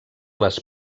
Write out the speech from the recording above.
les